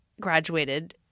graduated